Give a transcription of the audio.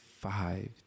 five